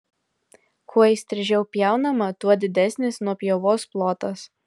kuo įstrižiau pjaunama tuo didesnis nuopjovos plotas